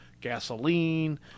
gasoline